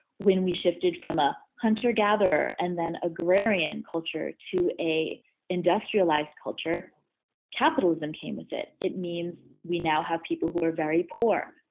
when we shifted from a hunter-gatherer and then agrarian culture to a industrialized culture capitalism came with it. it means we now have people who are very poor.